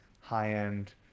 high-end